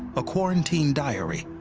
a quarantine diary.